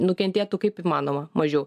nukentėtų kaip įmanoma mažiau